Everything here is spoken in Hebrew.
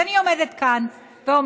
אז אני עומדת כאן ואומרת